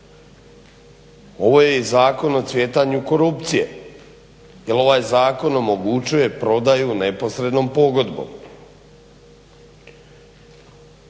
Ovo je i zakon o cvjetanju korupcije, jel ovaj zakon omogućuje prodaju neposrednom pogodbom.